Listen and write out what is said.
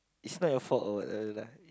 it's not your fault or whatever lah